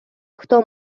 хто